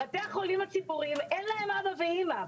בתי החולים הציבוריים - אין להם אבא ואימא.